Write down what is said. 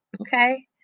Okay